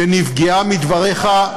שנפגעה מדבריך,